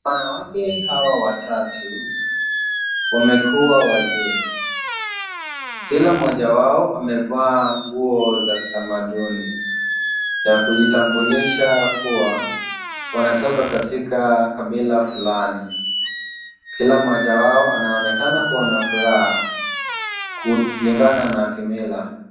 Wanawake hawa watatu wamekuwa wazee. Kila mmoja wao amevaa nguo za kitamaduni za kujitambulisha kuwa wanatoka katika kabila fulani. Kila mmoja wao anaonekana kuwa na furaha kulingana na kimila.